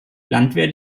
landwehr